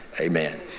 amen